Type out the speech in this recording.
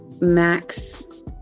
max